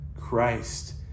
Christ